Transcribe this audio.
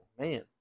man